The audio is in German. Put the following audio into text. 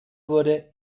wurde